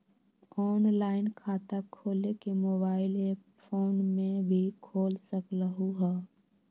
Online खाता खोले के मोबाइल ऐप फोन में भी खोल सकलहु ह?